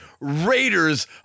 Raiders